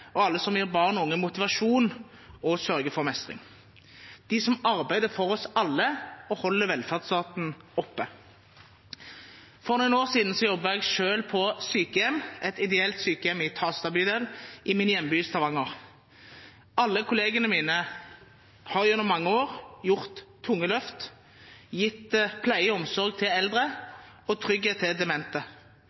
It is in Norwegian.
og alle som gir barn og unge motivasjon og sørger for mestring – de som arbeider for oss alle og holder velferdsstaten oppe. For noen år siden jobbet jeg selv på sykehjem, et ideelt sykehjem i Tasta bydel i min hjemby Stavanger. Alle kollegene mine har gjennom mange år gjort tunge løft, gitt pleie og omsorg til eldre og trygghet til demente.